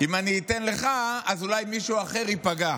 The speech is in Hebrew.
אם אני אתן לך, אז אולי מישהו אחר ייפגע.